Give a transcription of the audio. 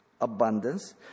abundance